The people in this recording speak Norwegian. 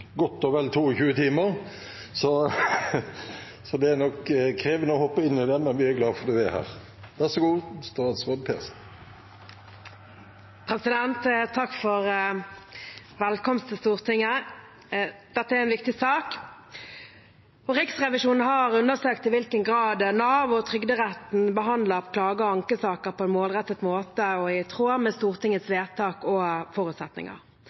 godt og vel 22 timer, så det er nok krevende å hoppe inn i det, men vi er glad for at du er her. Takk for velkomsten til Stortinget! Dette er en viktig sak. Riksrevisjonen har undersøkt i hvilken grad Nav og Trygderetten behandler klage- og ankesaker på en målrettet måte og i tråd med Stortingets vedtak og forutsetninger.